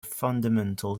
fundamental